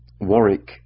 Warwick